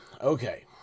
Okay